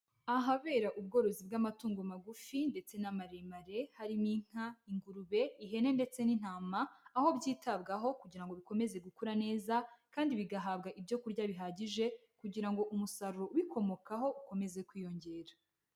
Ahabera ubworozi bw'amatungo magufi ndetse na maremare harimo inka, ingurube, ihene ndetse n'intama, aho byitabwaho kugira ngo bikomeze gukura neza kandi bigahabwa ibyo kurya bihagije kugira ngo umusaruro ubikomokaho ukomeze kwiyongera.